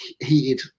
heated